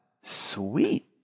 Sweet